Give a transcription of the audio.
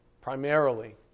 Primarily